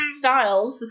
styles